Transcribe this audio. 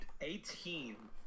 Eighteen